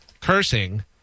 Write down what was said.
cursing